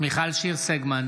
מיכל שיר סגמן,